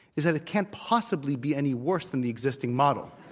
is it can't possibly be any worse than the existing model?